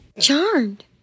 Charmed